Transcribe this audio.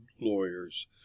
lawyers